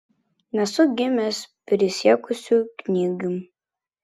nesu gimęs prisiekusiu knygium